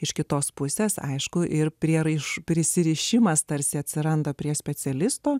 iš kitos pusės aišku ir prieraišumo prisirišimas tarsi atsiranda prie specialisto